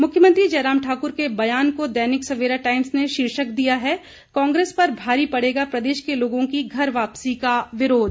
मुख्यमंत्री जयराम ठाकुर के बयान को दैनिक सवेरा टाइम्स ने शीर्षक दिया है कांग्रेस पर भारी पड़ेगा प्रदेश के लोगों की घर वापसी का विरोध